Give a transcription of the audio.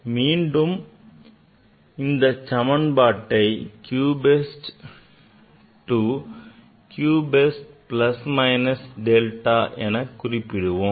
எனவே மீண்டும் இந்த சமன்பாட்டை q equal to q best plus minus delta குறிப்பிடுவோம்